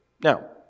Now